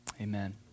Amen